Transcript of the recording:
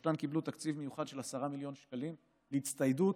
שלושתן קיבלו תקציב מיוחד של 10 מיליון שקלים להצטיידות